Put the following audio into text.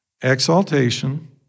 Exaltation